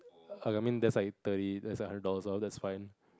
err I mean that's like thirty that's hundred dollars off that's fine